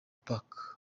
park